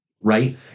right